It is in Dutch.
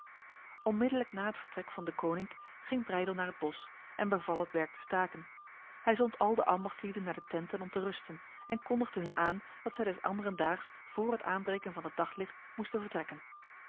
onmiddellijk na het vertek van deconinck ging breydel naar het bos en beval het werk te staken hij zond al de ambachtslieden naar de tenten om te rusten en kondigde hun aan dat zij des anderendaags voor het aanbreken van het daglicht moesten vertrekken